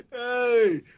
hey